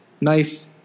nice